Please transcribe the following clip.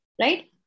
right